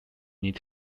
need